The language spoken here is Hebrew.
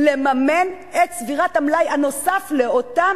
לממן את צבירת המלאי הנוסף לאותן